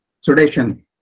sedation